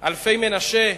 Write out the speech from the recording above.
אלפי-מנשה,